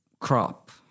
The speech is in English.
crop